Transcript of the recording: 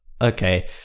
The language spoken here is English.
okay